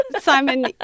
Simon